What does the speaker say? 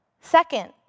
Second